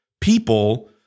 people